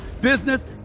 business